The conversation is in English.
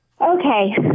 okay